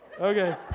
Okay